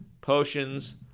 potions